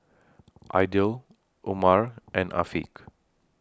Aidil Umar and Afiq